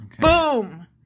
boom